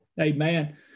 Amen